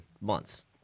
months